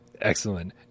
Excellent